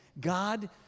God